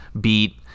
beat